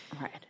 Right